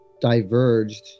diverged